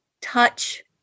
touch